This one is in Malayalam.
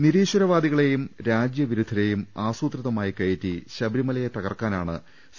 നിരീശ്വരവാദികളേയും രാജ്യവിരുദ്ധരേയും ആസൂത്രിതമായി കയറ്റി ശബരി മലയെ തകർക്കാനാണ് സി